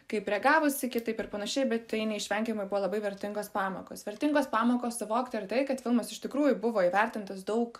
kaip reagavusi kitaip ir panašiai bet tai neišvengiamai buvo labai vertingos pamokos vertingos pamokos suvokti ir tai kad filmas iš tikrųjų buvo įvertintas daug